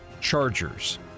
Chargers